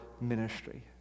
ministry